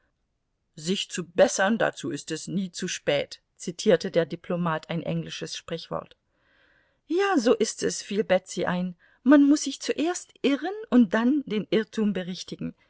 sich zu bessern dazu ist es nie zu spät zitierte der diplomat ein englisches sprichwort ja so ist es fiel betsy ein man muß sich zuerst irren und dann den irrtum berichtigen